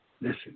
listen